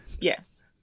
yes